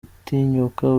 gutinyuka